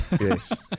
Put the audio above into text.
Yes